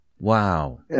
Wow